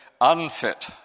unfit